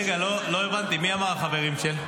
רגע, לא הבנתי, מי אמר "החברים של"?